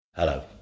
Hello